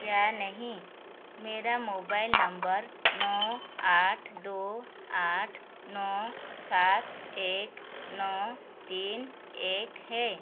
या नहीं मेरा मोबाइल नंबर नौ आठ दो आठ नौ सात एक नौ तीन एक है